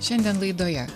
šiandien laidoje